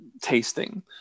tasting